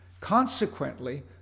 Consequently